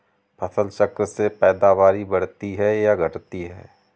फसल चक्र से पैदावारी बढ़ती है या घटती है?